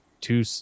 two